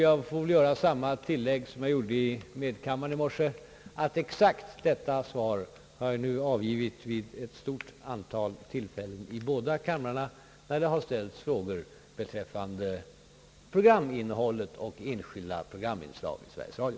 Jag vill här göra samma tillägg som jag gjorde i medkammaren i morse: Exakt detta svar har jag nu avgivit vid ett stort antal tillfällen i båda kamrarna när det har ställts frågor beträffande programinnehåll och enskilda programinslag i Sveriges Radio.